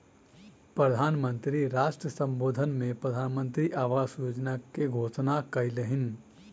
प्रधान मंत्री राष्ट्र सम्बोधन में प्रधानमंत्री आवास योजना के घोषणा कयलह्नि